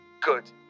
good